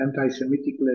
anti-semitic